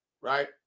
right